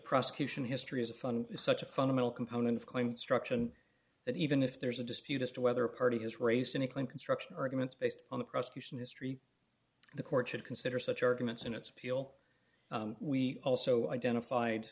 prosecution history is a fun is such a fundamental component of claim instruction that even if there's a dispute as to whether a party has raised any claim construction arguments based on the prosecution history the court should consider such arguments in its appeal we also identified